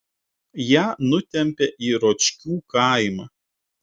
ją nutempė į ročkių kaimą